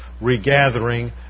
regathering